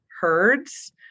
herds